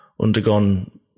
undergone